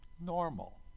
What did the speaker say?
normal